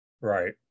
right